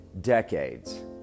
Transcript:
decades